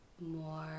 More